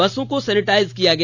बसों को सैनिटाइज किया गया